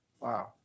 Wow